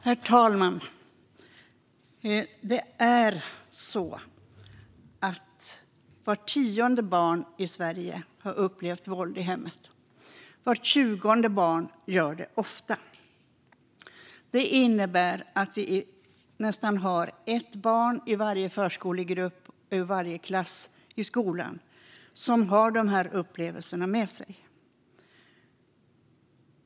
Herr talman! Vart tionde barn i Sverige har upplevt våld i hemmet och vart tjugonde barn gör det ofta. Det innebär att nästan ett barn i varje förskolegrupp och i varje klass i skolan har de här upplevelserna med sig.